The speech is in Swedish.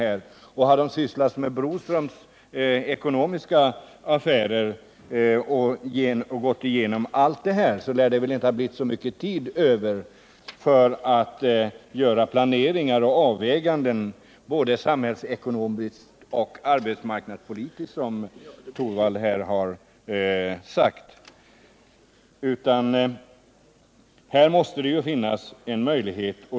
Kommissionen har ju också sysslat med att gå igenom koncernernas alla affärer, och då kan det väl inte ha blivit så mycket tid över till planering och avväganden, både samhällsekonomiskt och arbetsmarknadspolitiskt, som Rune Torwald här har sagt.